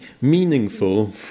meaningful